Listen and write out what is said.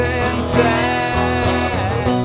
inside